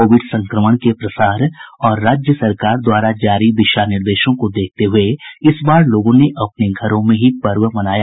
Covid संक्रमण के प्रसार और राज्य सरकार द्वारा जारी दिशा निर्देशों को देखते हुये इस बार लोगों ने अपने घरों में ही पर्व मनाया